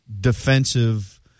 defensive